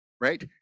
right